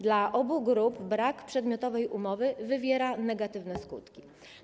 Dla obu grup brak przedmiotowej umowy wywiera negatywne skutki.